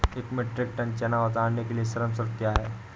एक metric tonne चना उतारने के लिए श्रम शुल्क क्या है?